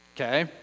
Okay